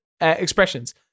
expressions